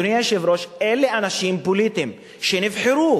אדוני היושב-ראש, אלה אנשים פוליטיים שנבחרו.